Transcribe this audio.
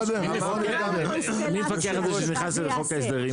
מי מפקח על זה שזה נכנס לחוק ההסדרים?